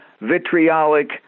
vitriolic